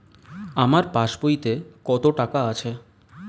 আমার পাস বইতে কত টাকা আছে?